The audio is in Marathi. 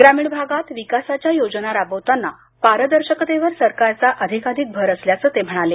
ग्रामीण भागात विकासाच्या योजना राबवताना पारदर्शकतेवर सरकारचा अधिकाधिक भर असल्याचं ते म्हणाले